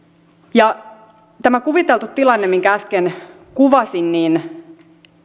ja tämä kuviteltu tilanne minkä äsken kuvasin